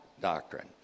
doctrine